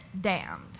damned